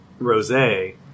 rosé